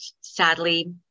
sadly